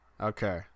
Okay